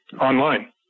online